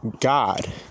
God